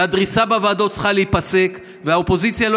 והדריסה בוועדות צריכה להיפסק והאופוזיציה לא